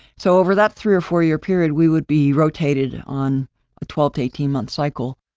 so, over that three or four-year period, we would be rotated on a twelve to eighteen month cycle,